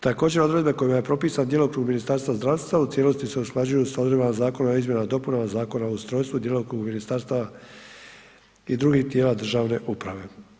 Također odredbe kojima je propisan djelokrug Ministarstva zdravstva u cijelosti se usklađuju sa odredbama Zakona o izmjenama i dopunama Zakona o ustrojstvu i djelokrugu ministarstava i drugih tijela državne uprave.